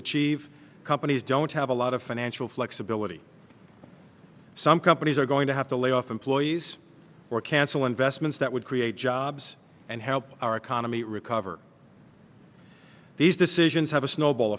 achieve companies don't have a lot of financial flexibility some companies are going to have to lay off employees or cancel investments that would create jobs and help our economy recover these decisions have a snowball